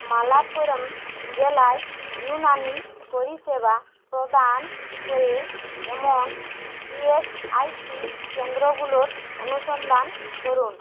মালাপ্পুরম জেলায় ইউনানী পরিসেবা প্রদান করে এমন ইএসআইসি কেন্দ্রগুলোর অনুসন্ধান করুন